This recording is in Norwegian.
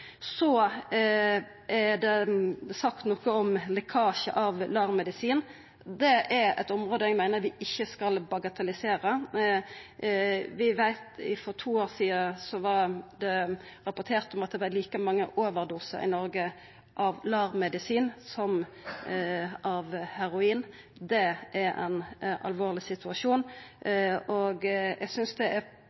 Så er det sagt noko om lekkasje av LAR-medisin. Det er eit område eg meiner vi ikkje skal bagatellisera. Vi veit at det for to år sidan blei rapportert om at det var like mange overdosar i Noreg av LAR-medisin som av heroin. Det er ein alvorleg situasjon, og eg synest det er